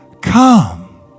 come